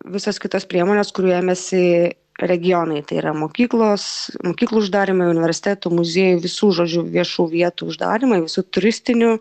visos kitos priemonės kurių ėmėsi regionai tai yra mokyklos mokyklų uždarymai universitetų muziejų visų žodžių viešų vietų uždarymai visų turistinių